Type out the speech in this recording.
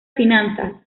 finanzas